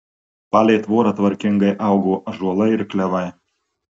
palei tvorą tvarkingai augo ąžuolai ir klevai